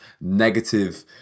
negative